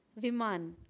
Viman